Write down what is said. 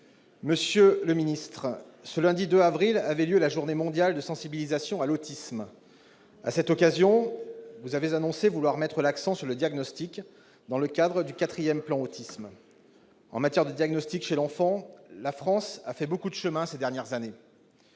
collègues, ce lundi 2 avril avait lieu la Journée mondiale de sensibilisation à l'autisme. À cette occasion, le Gouvernement a annoncé vouloir mettre l'accent sur le diagnostic dans le cadre du quatrième plan Autisme. En matière de diagnostic chez l'enfant, la France a fait beaucoup de chemin ces dernières années,